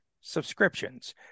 subscriptions